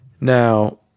Now